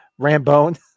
Rambone